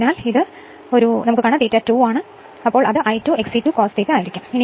അതിനാൽ ഇത് ∅2 ആയിരിക്കും അത് I2 XE2 cos ∅2 ആയിരിക്കും